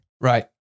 Right